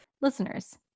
Listeners